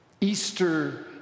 Easter